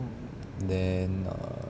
then err